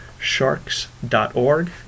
Sharks.org